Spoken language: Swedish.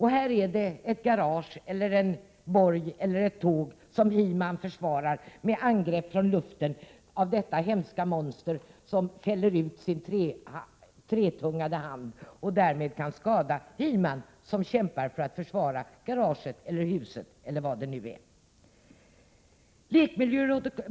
Heman försvarar ett garage, en borg eller ett tåg mot luftangrepp från detta hemska monster, som fäller ut sin träkloiga hand och därmed kan skada Heman.